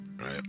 right